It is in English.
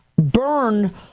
burn